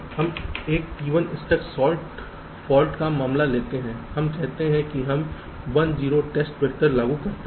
हम एक T1 stuck short fault का मामला लेते हैं हम कहते हैं कि हम 1 0 टेस्ट वेक्टर लागू करते हैं